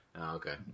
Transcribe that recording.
okay